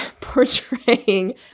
portraying